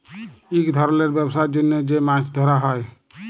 ইক ধরলের ব্যবসার জ্যনহ যে মাছ ধ্যরা হ্যয়